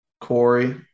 Corey